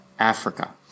Africa